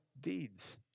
deeds